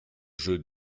jeux